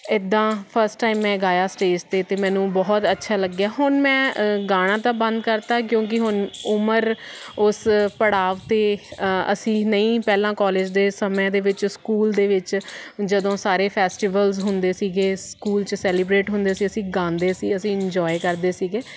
ਇੱਦਾਂ first time ਮੈਂ ਗਾਇਆ ਸਟੇਜ 'ਤੇ ਅਤੇ ਮੈਨੂੰ ਬਹੁਤ ਅੱਛਾ ਲੱਗਿਆ ਹੁਣ ਮੈਂ ਗਾਣਾ ਤਾਂ ਬੰਦ ਕਰਤਾ ਕਿਉਂਕਿ ਹੁਣ ਉਮਰ ਉਸ ਪੜਾਵ 'ਤੇ ਅ ਅਸੀਂ ਨਹੀਂ ਪਹਿਲਾਂ ਕਾਲਜ ਦੇ ਸਮੇਂ ਦੇ ਵਿੱਚ ਸਕੂਲ ਦੇ ਵਿੱਚ ਜਦੋਂ ਸਾਰੇ ਫੈਸਟੀਵਲ ਹੁੰਦੇ ਸੀਗੇ ਸਕੂਲ 'ਚ ਸੈਲੀਬਰੇਟ ਹੁੰਦੇ ਸੀ ਅਸੀਂ ਗਾਂਦੇ ਸੀ ਅਸੀਂ ਇੰਜੋਏ ਕਰਦੇ ਸੀਗੇ